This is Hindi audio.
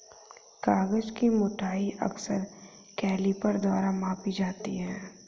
कागज की मोटाई अक्सर कैलीपर द्वारा मापी जाती है